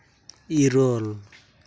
ᱤᱨᱟᱹᱞ